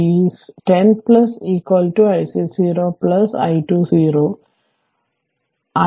അതിനാൽ 1 0 ic 0 i2 0